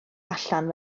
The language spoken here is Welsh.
allan